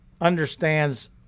understands